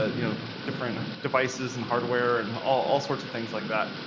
ah you know, different devices and hardware and all all sorts of things like that.